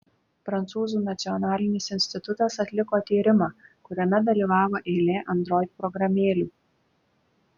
prancūzų nacionalinis institutas atliko tyrimą kuriame dalyvavo eilė android programėlių